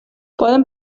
poden